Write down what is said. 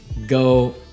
Go